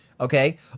Okay